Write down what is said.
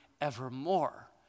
evermore